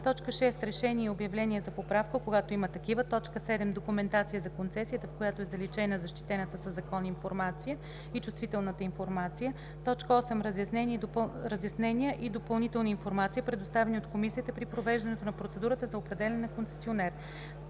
6. решения и обявления за поправка, когато има такива; 7. документация за концесията, в която е заличена защитената със закон информация и чувствителната информация; 8. разяснения и допълнителна информация, предоставени от комисията при провеждането на процедурата за определяне на концесионер;